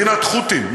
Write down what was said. מדינת חות'ים?